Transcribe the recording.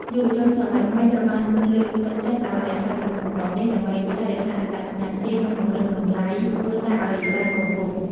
យុវជនសម័យថ្មីត្រូវបានលើកទឹកចិត្តឱ្យរក្សាទំនៀមទម្លាប់នេះ ដើម្បីថែរក្សាអត្តសញ្ញាណជាតិ និងពង្រឹងតម្លៃគ្រួសារឱ្យបានគង់វង្ស។